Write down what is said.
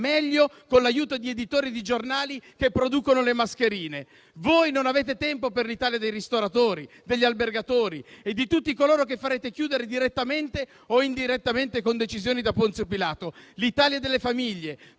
meglio con l'aiuto di editori e di giornali che producono le mascherine. Voi non avete tempo per l'Italia dei ristoratori, degli albergatori e di tutti coloro che farete chiudere direttamente o indirettamente con decisioni da Ponzio Pilato. L'Italia delle famiglie,